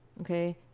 Okay